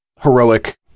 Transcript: heroic